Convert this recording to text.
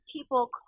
people